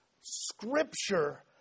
scripture